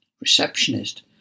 Receptionist